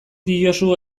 diozu